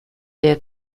der